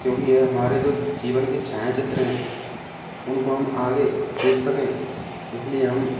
क्योंकि यह हमारे जो जीवन के छायाचित्र है उनको हम आगे देख सके इसलिए हम